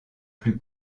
plus